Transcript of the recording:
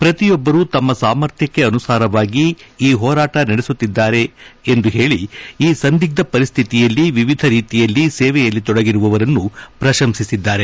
ಪ್ರತಿಯೊಬ್ಬರೂ ತಮ್ಮ ಸಾಮರ್ಥ್ಯಕ್ಕೆ ಅನುಸಾರವಾಗಿ ಈ ಹೋರಾಟ ನಡೆಸುತ್ತಿದ್ದಾರೆ ಎಂದು ಪೇಳ ಈ ಸಂದಿಗ್ದ ಪರಿಸ್ಥಿತಿಯಲ್ಲಿ ವಿವಿಧ ರೀತಿಯಲ್ಲಿ ಸೇವೆಯಲ್ಲಿ ತೊಡಗಿರುವವರನ್ನು ಪ್ರಶಂಸಿಸಿದ್ದಾರೆ